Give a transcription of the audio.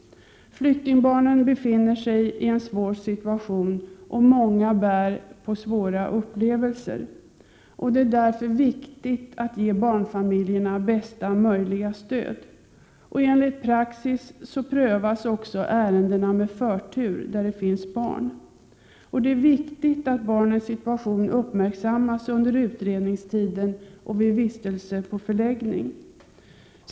Flyktingbarnen befinner sig i en svår situation, och många bär på svåra upplevelser. Det är viktigt att ge barnfamiljerna bästa möjliga stöd. Enligt praxis prövas också ärenden där det finns barn med förtur. Det är viktigt att barnens situation uppmärksammas under utredningstiden och vid vistelse på förläggning.